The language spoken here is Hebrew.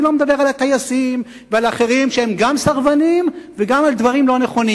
אני לא מדבר על הטייסים ועל אחרים שהם סרבנים וגם על דברים לא נכונים.